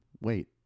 Wait